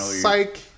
Psych